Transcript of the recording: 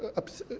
ups,